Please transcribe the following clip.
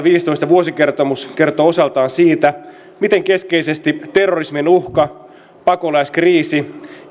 vuosikertomus kertoo osaltaan siitä miten keskeisesti terrorismin uhka pakolaiskriisi